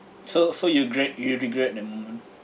so so you gret~ you regret that moment